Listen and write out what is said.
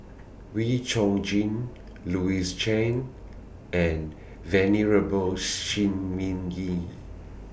Wee Chong Jin Louis Chen and Venerable Shi Ming Yi